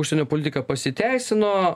užsienio politika pasiteisino